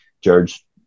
George